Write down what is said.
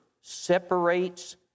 separates